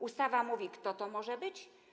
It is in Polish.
Ustawa mówi, kto to może być.